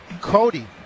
cody